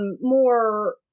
more